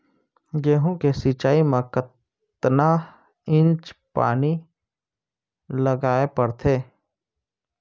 गेहूँ के सिंचाई मा कतना इंच पानी लगाए पड़थे?